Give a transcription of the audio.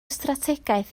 strategaeth